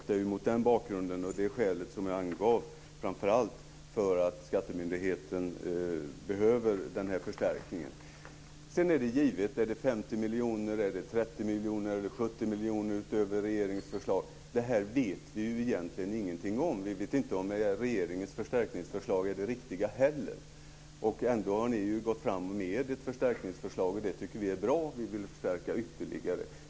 Det är framför allt av det skälet som skattemyndigheten behöver denna förstärkning. Rör det sig om 30 miljoner, 50 miljoner eller 70 miljoner utöver regeringens förslag? Det vet vi egentligen ingenting om. Vi vet inte heller om regeringens förslag till förstärkning är riktigt. Ändå har ni gått längre med ert förslag, och det tycker vi är bra, men vi vill förstärka ytterligare.